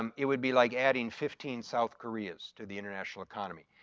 um it would be like adding fifteen south koreas to the international economy,